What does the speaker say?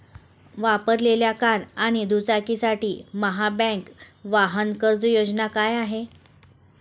वापरलेल्या कार आणि दुचाकीसाठी महाबँक वाहन कर्ज योजना काय आहे?